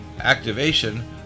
activation